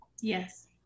Yes